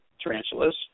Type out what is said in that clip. tarantulas